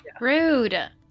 rude